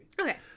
Okay